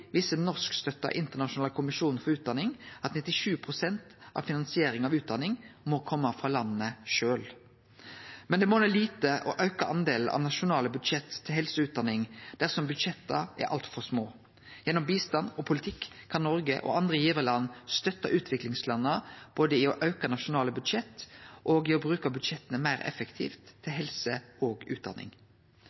for utdanning at 97 pst. av finansiering av utdanning må kome frå landa sjølve. Men det monnar lite å auke delen av nasjonale budsjett til helse og utdanning dersom budsjetta er altfor små. Gjennom bistand og politikk kan Noreg og andre givarland støtte utviklingslanda både i å auke nasjonale budsjett og i å bruke budsjetta meir effektivt til helse og utdanning.